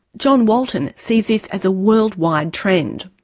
john walton sees this as a worldwide trend.